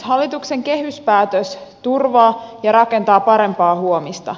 hallituksen kehyspäätös turvaa ja rakentaa parempaa huomista